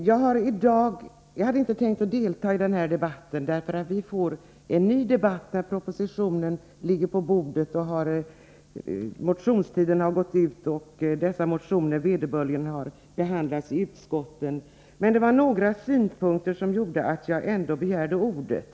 Jag hade inte tänkt delta i dagens diskussion, eftersom vi kommer att få en ny debatt när propositionen ligger på bordet, när motionstiden gått ut och ärendet har behandlats i utskotten, men några synpunkter som framfördes gjorde att jag ändå begärde ordet.